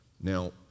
now